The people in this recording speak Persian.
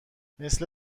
مثل